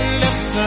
left